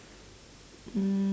um